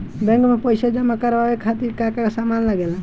Bank में पईसा जमा करवाये खातिर का का सामान लगेला?